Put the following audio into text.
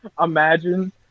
Imagine